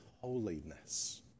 holiness